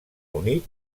unit